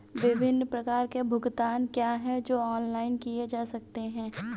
विभिन्न प्रकार के भुगतान क्या हैं जो ऑनलाइन किए जा सकते हैं?